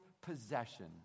possession